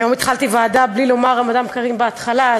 היום התחלתי ישיבת ועדה בלי לומר "רמדאן כרים" בהתחלה,